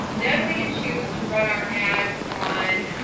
then, we can choose to run our ads on.